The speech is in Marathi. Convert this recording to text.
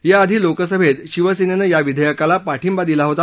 याआधी लोकसभेत शिवसेनेनं या विधेयकाला पाठिंबा दिला होता